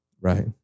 Right